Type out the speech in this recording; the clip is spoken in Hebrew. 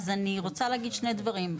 אני רוצה להגיד שני דברים.